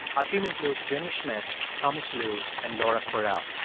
our team includes jenny schmidt, thomas lu and laura kwerel.